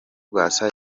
rwasa